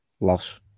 loss